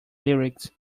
lyrics